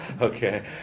okay